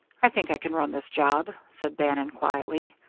i think i can run this job, said bannon, quietly.